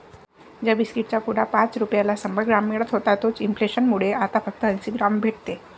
ज्या बिस्कीट चा पुडा पाच रुपयाला शंभर ग्राम मिळत होता तोच इंफ्लेसन मुळे आता फक्त अंसी ग्राम भेटते